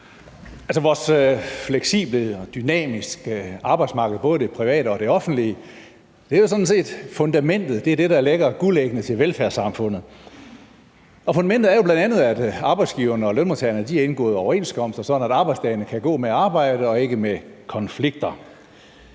vores fleksible og dynamiske arbejdsmarked, både det private og det offentlige, er jo sådan set fundamentet; det er det, der lægger guldæggene til velfærdssamfundet. Og fundamentet er jo bl.a., at arbejdsgiverne og lønmodtagerne har indgået overenskomster, sådan at arbejdsdagene kan gå med arbejde og ikke med konflikter.